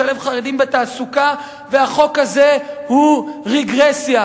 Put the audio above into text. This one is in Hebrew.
לשלב חרדים בתעסוקה והחוק הזה הוא רגרסיה.